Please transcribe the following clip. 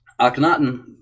Akhenaten